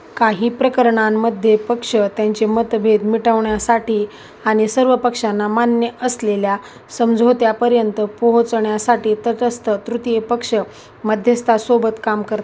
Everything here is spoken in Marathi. काही प्रकरणांमध्ये पक्ष त्यांचे मतभेद मिटवण्यासाठी आणि सर्व पक्षांना मान्य असलेल्या समझोत्यापर्यंत पोहोचण्यासाठी तटस्थ तृतीय पक्ष मध्यस्थासोबत काम कर